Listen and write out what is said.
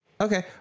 Okay